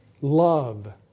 Love